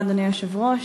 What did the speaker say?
אדוני היושב-ראש,